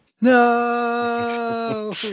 no